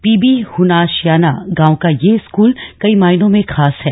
PB हनाशयाना गांव का यह स्कूल कई मायनों में खास है